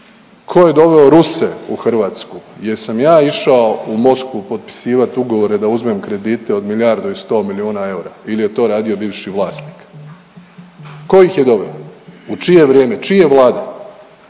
Ko je doveo Ruse u Hrvatsku? Jesam ja išao u Moskvu potpisivat ugovore da uzmem kredite od milijardu i sto milijuna eura ili je to radio bivši vlasnik? Ko ih je doveo? U čije vrijeme, čije vlade?